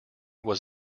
was